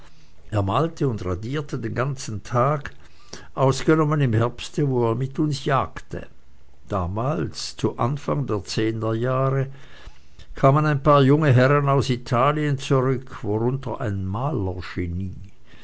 er malte und radierte den ganzen tag ausgenommen im herbste wo er mit uns jagte damals zu anfang der zehner jahre kamen ein paar junge herren aus italien zurück worunter ein